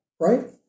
right